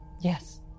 Yes